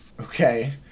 Okay